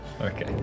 Okay